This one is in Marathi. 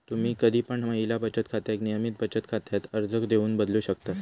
तुम्ही कधी पण महिला बचत खात्याक नियमित बचत खात्यात अर्ज देऊन बदलू शकतास